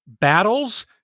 battles